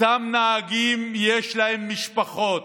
אותם נהגים, יש להם משפחות.